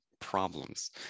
problems